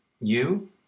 You